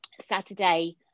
Saturday